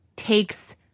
takes